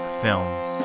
films